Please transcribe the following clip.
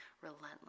relentless